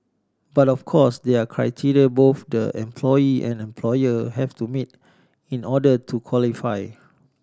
but of course there are criteria both the employee and employer have to meet in order to qualify